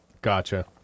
Gotcha